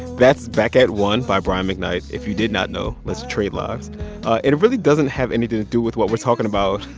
that's back at one by brian mcknight. if you did not know, let's trade lives. and it really doesn't have anything to do with what we're talking about.